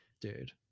Dude